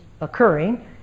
occurring